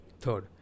Third